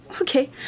Okay